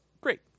great